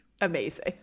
amazing